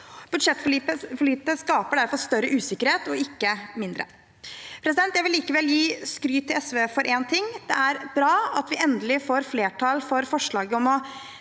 Budsjettforliket skaper derfor større usikkerhet og ikke mindre. Jeg vil likevel gi skryt til SV for én ting: Det er bra at vi endelig får flertall for forslaget om å